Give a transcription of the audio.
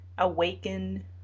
Awaken